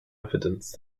evidence